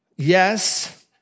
Yes